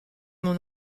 mon